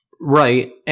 Right